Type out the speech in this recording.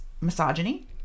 misogyny